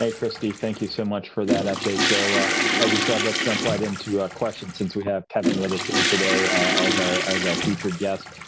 ah christy thank you so much for that update. so ah as you said let's jump right into questions since we have kevin with us here today as our as our featured guest,